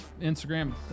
Instagram